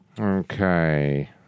Okay